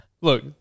Look